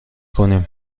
کنیم